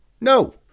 no